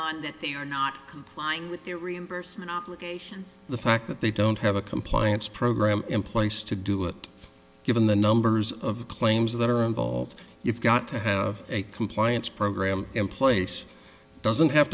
on that they are not complying with their reimbursement obligations the fact that they don't have a compliance program in place to do it given the numbers of the claims that are involved you've got to have a compliance program in place doesn't have